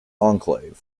enclave